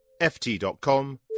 ft.com